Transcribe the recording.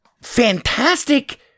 fantastic